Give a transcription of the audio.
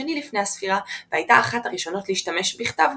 השני לפני הספירה והייתה אחת הראשונות להשתמש בכתב,